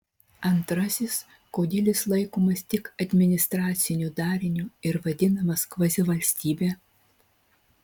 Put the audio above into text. antrasis kodėl jis laikomas tik administraciniu dariniu ir vadinamas kvazivalstybe